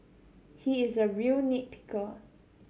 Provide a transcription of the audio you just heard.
he is a real nit picker